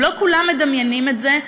לא כולם מדמיינים את זה,